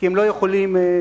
כי הם לא יכולים לבנות.